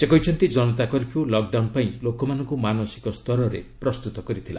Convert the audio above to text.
ସେ କହିଛନ୍ତି Janata curfew lockdown ପାଇଁ ଲୋକମାନଙ୍କ ମାନସିକ ସ୍ତରରେ ପ୍ରସ୍ତତ କରିଥିଲା